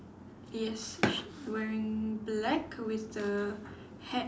yes he wearing black with the hat